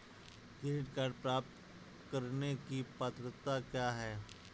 Credit card प्राप्त करने की पात्रता क्या है?